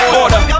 order